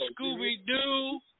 Scooby-Doo